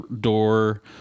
door